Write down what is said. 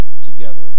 Together